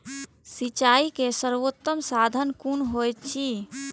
सिंचाई के सर्वोत्तम साधन कुन होएत अछि?